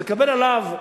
לקבל עליו,